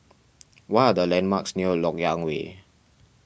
what are the landmarks near Lok Yang Way